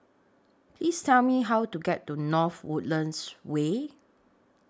Please Tell Me How to get to North Woodlands Way